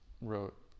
wrote